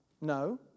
No